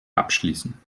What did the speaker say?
abschließen